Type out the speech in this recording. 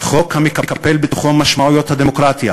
חוק המקפל בתוכו את משמעויות הדמוקרטיה,